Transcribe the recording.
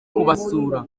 kubasura